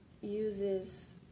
uses